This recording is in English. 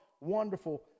wonderful